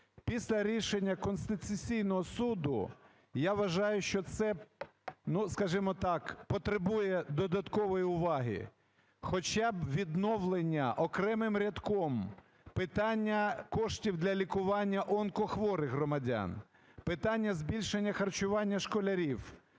Після рішення Конституційного Суду я вважаю, що це, скажемо так, потребує додаткової уваги. Хоча б відновлення окремим рядком питання коштів для лікування онкохворих громадян, питання збільшення харчування школярів.